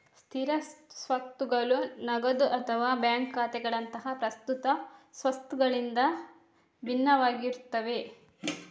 ಸ್ಥಿರ ಸ್ವತ್ತುಗಳು ನಗದು ಅಥವಾ ಬ್ಯಾಂಕ್ ಖಾತೆಗಳಂತಹ ಪ್ರಸ್ತುತ ಸ್ವತ್ತುಗಳಿಗಿಂತ ಭಿನ್ನವಾಗಿರ್ತವೆ